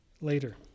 later